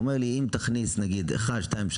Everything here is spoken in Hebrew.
אם אכניס כמה סעיפים,